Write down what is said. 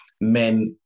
men